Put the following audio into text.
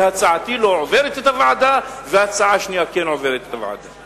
והצעתי לא עוברת את הוועדה וההצעה השנייה כן עוברת את הוועדה?